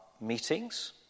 meetings